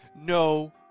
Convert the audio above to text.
no